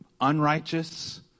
unrighteous